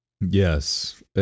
Yes